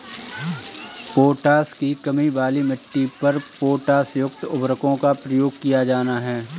potash की कमी वाली मिट्टी पर पोटाशयुक्त उर्वरकों का प्रयोग किया जाना है